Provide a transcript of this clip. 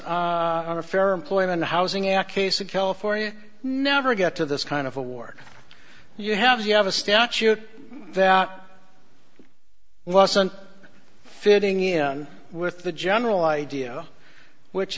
on a fair employment housing act case in california never get to this kind of award you have you have a statute that wasn't fitting in with the general idea which